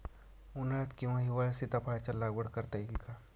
उन्हाळ्यात किंवा हिवाळ्यात सीताफळाच्या लागवड करता येईल का?